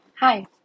Hi